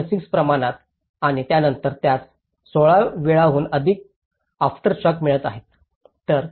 6 प्रमाणात आणि त्यानंतर त्यास 16 वेळाहून अधिक आफ्टर शॉक मिळत आहेत